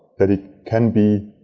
that it can be